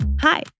Hi